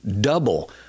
Double